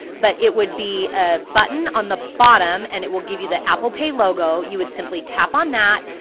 but it would be a button on the bottom, and it will give you the apple pay logo, and you would simply tap on that,